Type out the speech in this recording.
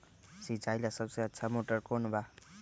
सिंचाई ला सबसे अच्छा मोटर कौन बा?